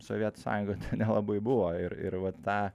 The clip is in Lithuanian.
sovietų sąjungoj to nelabai buvo ir ir vat tą